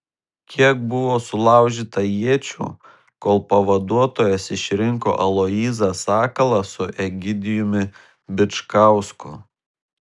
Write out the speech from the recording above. kiek buvo sulaužyta iečių kol pavaduotojas išrinko aloyzą sakalą su egidijumi bičkausku